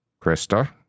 Krista